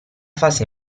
fase